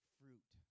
fruit